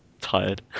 tired